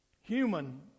human